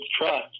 trust